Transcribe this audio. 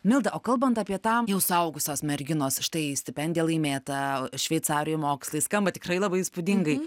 milda o kalbant apie tą jau suaugusios merginos štai stipendiją laimėtą šveicarijoj mokslai skamba tikrai labai įspūdingai